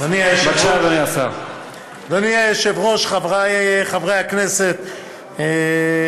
הרווחה והשירותים החברתיים חבר הכנסת חיים